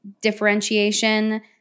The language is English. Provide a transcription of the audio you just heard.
differentiation